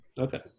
Okay